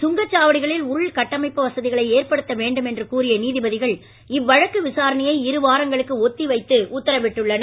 சுங்கச் சாவடிகளில் உள்கட்டமைப்பு வசதிகளை ஏற்படுத்த வேண்டும் என்று கூறிய நீதிபதிகள் இவ்வழக்கு விசாரணையை இரு வாரங்களுக்கு ஒத்தி வைத்து உத்தரவிட்டுள்ளனர்